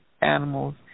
animals